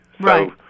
Right